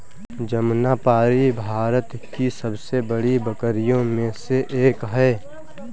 जमनापारी भारत की सबसे बड़ी बकरियों में से एक है